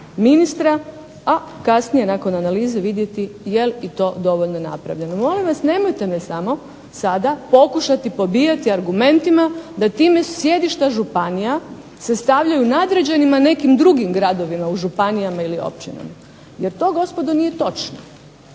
a kasnije nakon analize vidjeti jel i to dovoljno napravljeno. Molim vas, nemojte me samo sada pokušati pobijati argumentima da time sjedišta županija se stavljaju nadređenima nekim drugim gradovima u županijama ili općinama jer to gospodo nije točno.